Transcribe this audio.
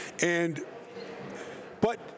And—but—